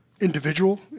individual